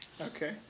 Okay